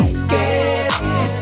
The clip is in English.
scared